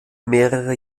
mehrere